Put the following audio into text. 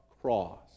cross